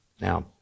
Now